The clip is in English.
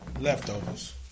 leftovers